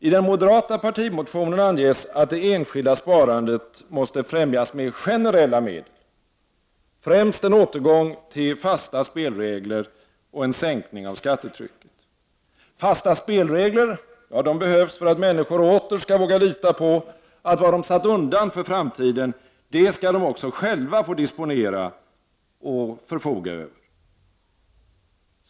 I den moderata partimotionen anges att det enskilda sparandet måste främjas med generella medel, främst en återgång till fasta spelregler och en sänkning av skattetrycket. Fasta spelregler behövs för att människor åter skall våga lita på att vad de satt undan för framtiden skall de också själva få disponera och förfoga över.